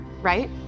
right